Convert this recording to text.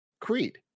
creed